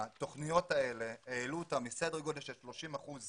התוכניות האלה העלו תפוסה מסדר גודל של 30 אחוזים